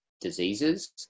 diseases